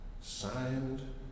Signed